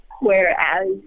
Whereas